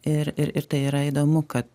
ir ir ir tai yra įdomu kad